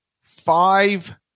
five